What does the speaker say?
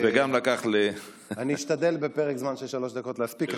אני אשתדל בפרק זמן של שלוש דקות להספיק,